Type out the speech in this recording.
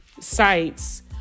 sites